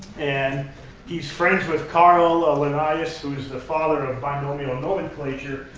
and he's friends with carl ah linnaeus, who's the father of binomial nomenclature.